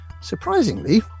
surprisingly